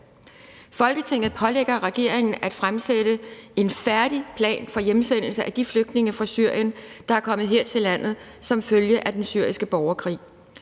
Folketinget pålægger regeringen at fremsætte en færdig plan for hjemsendelse af de flygtninge fra Syrien, der er kommet her til landet som følge af den syriske borgerkrig.